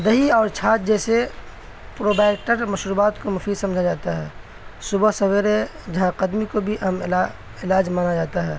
دہی اور چھاچھ جیسے پروبیکٹر مشروبات کو مفید سمجھا جاتا ہے صبح سویرے جہاں قدمی کو بھی اہم علاج مانا جاتا ہے